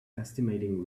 estimating